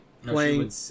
playing